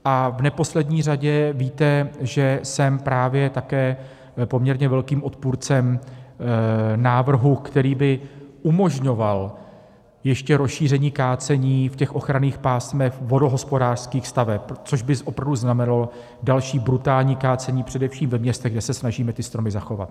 V neposlední řadě víte, že jsem právě také poměrně velkým odpůrcem návrhu, který by umožňoval ještě rozšíření kácení v ochranných pásmech vodohospodářských staveb, což by opravdu znamenalo další brutální kácení především ve městech, kde se snažíme stromy zachovat.